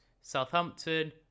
Southampton